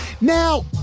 Now